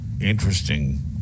interesting